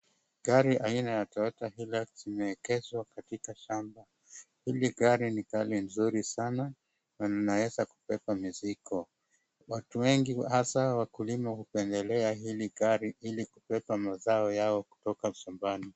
Gari aina ya Toyota hIlux imeegeshwa katika shamba. Hili gari ni gari nzuri sana na linaweza kubeba mizigo. Watu wengi hasa wakulima hupendelea hili gari ili kubeba mazao yao kutoka shambani.